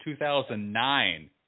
2009